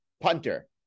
punter